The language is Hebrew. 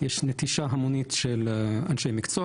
יש נטישה המונית של אנשי מקצוע